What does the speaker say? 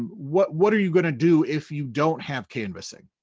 um what what are you gonna do if you don't have canvassing?